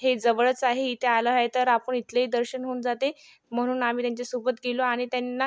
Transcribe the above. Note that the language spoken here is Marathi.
हे जवळच आहे इथे आलो आहे तर आपण इथलेही दर्शन होऊन जाते म्हणून आम्ही त्यांच्या सोबत गेलो आणि त्यांना